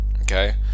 okay